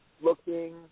looking